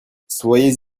soyez